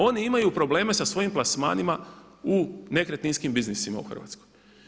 Oni imaju probleme sa svojim plasmanima u nekretninskim biznisima u Hrvatskoj.